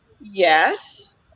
Yes